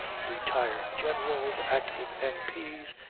retired generals, active m p s,